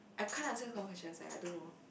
I can't answer this kind of questions eh I don't know